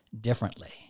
differently